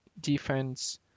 defense